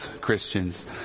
Christians